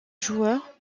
joueur